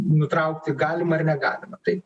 nutraukti galima ar negalima taip